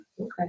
Okay